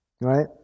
right